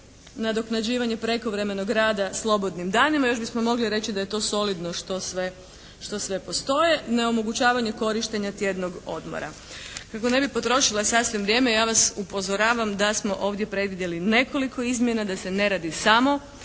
nadoknađivanje prekovremenog rada slobodnim danima. Još bismo mogli reći da je to solidno što sve postoji, neomogućavanje korištenja tjednog odmora. Kako ne bi potrošila sasvim vrijeme ja vas upozoravam da smo ovdje predvidjeli nekoliko izmjena, da se ne radi samo